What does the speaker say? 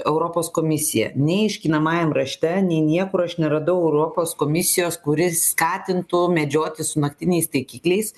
europos komisiją nei aiškinamajam rašte nei niekur aš neradau europos komisijos kuri skatintų medžioti su naktiniais taikikliais